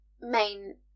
main